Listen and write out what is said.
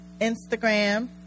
instagram